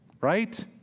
Right